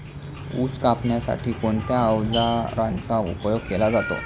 ऊस कापण्यासाठी कोणत्या अवजारांचा उपयोग केला जातो?